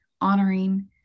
honoring